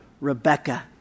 Rebecca